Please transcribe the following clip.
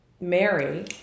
Mary